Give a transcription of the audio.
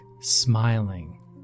smiling